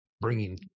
bringing